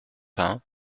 pain